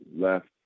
left